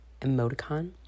emoticon